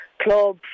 club